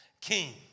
king